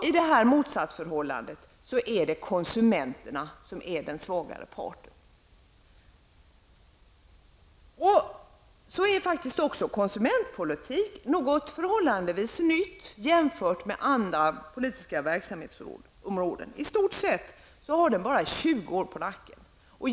I detta motsatsförhållande är det konsumenterna som är den svagare parten. Konsumentpolitik är också något förhållandevis nytt jämfört med andra politiska verksamhetsområden. I stort sett har den bara 20 år på nacken.